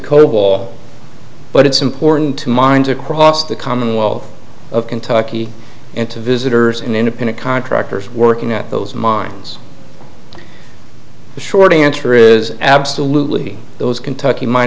cobol but it's important to mind across the commonwealth of kentucky and to visitors in independent contractors working at those mines the short answer is absolutely those kentucky mi